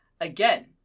Again